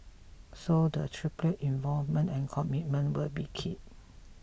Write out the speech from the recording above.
so the tripartite involvement and commitment will be key